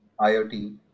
IoT